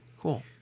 Cool